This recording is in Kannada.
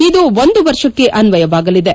ಇದು ಒಂದು ವರ್ಷಕ್ಕೆ ಅನ್ವಯವಾಗಲಿದೆ